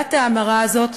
לפעולת ההמרה הזאת,